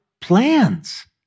plans